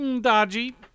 dodgy